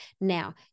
Now